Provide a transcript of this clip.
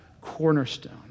cornerstone